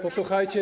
Posłuchajcie.